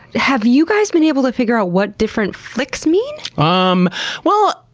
have you guys been able to figure out what different flicks mean? um well,